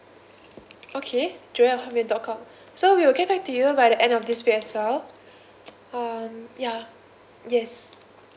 okay at hotmail dot com so we will get back to you by the end of this week as well um ya yes